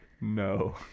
No